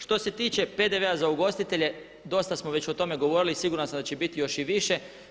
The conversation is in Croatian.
Što se tiče PDV-a za ugostitelje dosta smo već o tome govorili i siguran sam da će biti još i više.